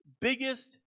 biggest